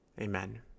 amen